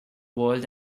world